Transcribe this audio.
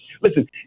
Listen